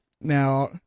Now